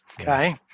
Okay